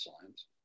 science